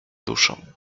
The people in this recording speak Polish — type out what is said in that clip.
duszą